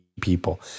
people